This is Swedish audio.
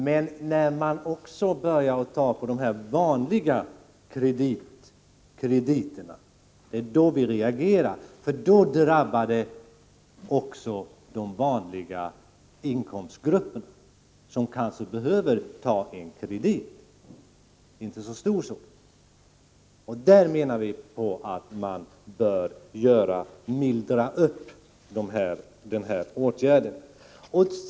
Men när man också börjar ge sig på de vanliga krediterna reagerar vi, för då drabbas även de vanliga inkomstgrupperna, vilka kanske behöver en kreditmöjlighet. Där bör man mildra åtgärderna.